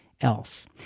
else